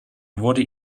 wurde